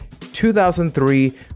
2003